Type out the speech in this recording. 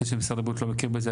זה שמשרד הבריאות לא מכיר בזה,